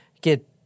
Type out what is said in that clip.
get